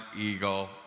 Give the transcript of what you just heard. eagle